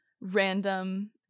random